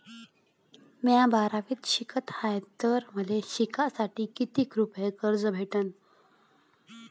म्या बारावीत शिकत हाय तर मले शिकासाठी किती रुपयान कर्ज भेटन?